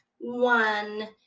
one